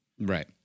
Right